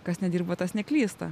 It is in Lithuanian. kas nedirba tas neklysta